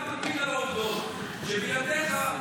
צריך רק להקפיד על העובדות.